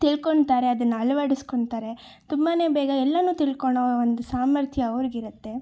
ತಿಳ್ಕೊಳ್ತಾರೆ ಅದನ್ನು ಅಳ್ವಡ್ಸ್ಕೊಳ್ತಾರೆ ತುಂಬ ಬೇಗ ಎಲ್ಲನೂ ತಿಳ್ಕೊಳೋ ಒಂದು ಸಾಮರ್ಥ್ಯ ಅವರಿಗಿರತ್ತೆ